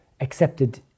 accepted